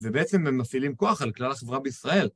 ובעצם הם מפעילים כוח על כלל החברה בישראל.